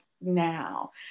now